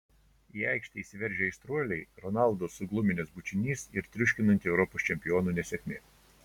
į aikštę įsiveržę aistruoliai ronaldo sugluminęs bučinys ir triuškinanti europos čempionų nesėkmė